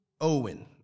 Owen